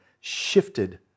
shifted